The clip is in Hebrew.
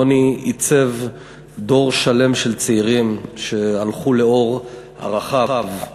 יוני עיצב דור שלם של צעירים שהלכו לאור ערכיו.